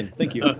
thank you.